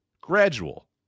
Gradual